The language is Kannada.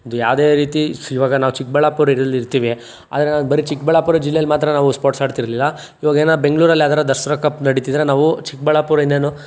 ಇದು ಯಾವುದೇ ರೀತಿ ಇವಾಗ ನಾವು ಚಿಕ್ಕಬಳ್ಳಾಪುರದಲ್ಲಿರ್ತಿವಿ ಆದರೆ ನಾನು ಬರೀ ಚಿಕ್ಕಬಳ್ಳಾಪುರ ಜಿಲ್ಲೆಯಲ್ಲಿ ಮಾತ್ರ ನಾವು ಸ್ಪೋರ್ಟ್ಸ್ ಆಡ್ತಿರಲಿಲ್ಲ ಇವಾಗ ಏನಾರ ಬೆಂಗ್ಳೂರಲ್ಲಿ ಆದರೆ ದಸರಾ ಕಪ್ ನಡೀತಿದ್ರೆ ನಾವು ಚಿಕ್ಕಬಳ್ಳಾಪುರದಿಂದನು